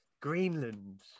Greenland